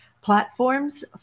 platforms